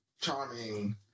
charming